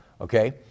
Okay